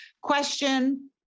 question